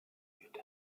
übt